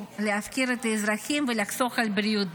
להפקיר את האזרחים ולחסוך על בריאות,